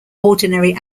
ordinary